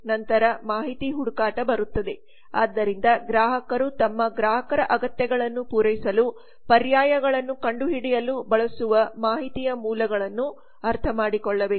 ನಂತರ ಮಾಹಿತಿಹುಡುಕಾಟಬರುತ್ತದೆ ಆದ್ದರಿಂದ ಗ್ರಾಹಕರು ತಮ್ಮ ಗ್ರಾಹಕರ ಅಗತ್ಯಗಳನ್ನು ಪೂರೈಸಲು ಪರ್ಯಾಯಗಳನ್ನು ಕಂಡುಹಿಡಿಯಲು ಬಳಸುವ ಮಾಹಿತಿಯ ಮೂಲಗಳನ್ನು ಅರ್ಥಮಾಡಿಕೊಳ್ಳುವುದು